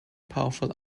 powerful